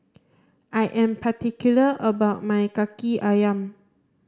I am particular about my Kaki Ayam